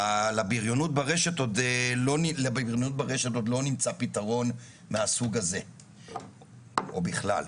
לבריונות ברשת עוד לא נמצא פתרון מהסוג הזה או בכלל,